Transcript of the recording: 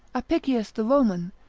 apicius the roman,